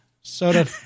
soda